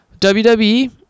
WWE